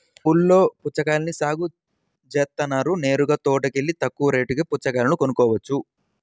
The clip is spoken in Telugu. మా ఊల్లో పుచ్చకాయల్ని సాగు జేత్తన్నారు నేరుగా తోటలోకెల్లి తక్కువ రేటుకే పుచ్చకాయలు కొనుక్కోవచ్చు